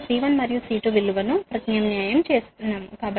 కాబట్టి మేము C1 మరియు C2 విలువను ప్రత్యామ్నాయం చేస్తున్నాము